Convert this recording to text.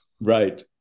Right